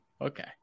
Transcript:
okay